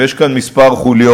ויש כאן כמה חוליות: